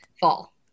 fall